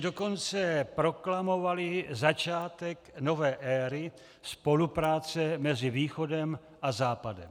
Dokonce i proklamovali začátek nové éry spolupráce mezi Východem a Západem.